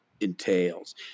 entails